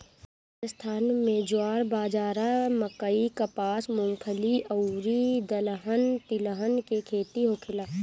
राजस्थान में ज्वार, बाजारा, मकई, कपास, मूंगफली अउरी दलहन तिलहन के खेती होखेला